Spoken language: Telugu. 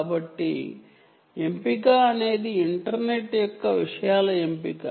కాబట్టి ఎంపిక అనేది సమస్య IoT డిజైన్ అనగా ఎంపిక